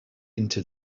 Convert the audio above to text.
into